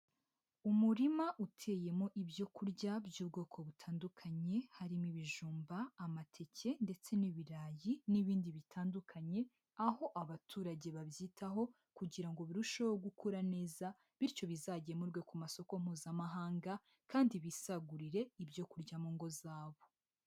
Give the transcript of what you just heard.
Umurima uteyemo ibyo kurya by'ubwoko butandukanye, harimo ibijumba, amateke ndetse n'ibirayi n'ibindi bitandukanye, aho abaturage babyitaho kugira ngo birusheho gukura neza bityo bizagemurwe ku masoko mpuzamahanga kandi bisagurire ibyo kurya mu ngo zabo.